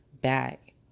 back